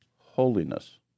holiness